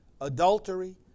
adultery